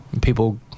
People